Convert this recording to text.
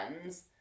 friends